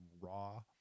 raw